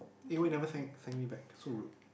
eh why you never thank thank me back so rude